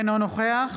אינו נוכח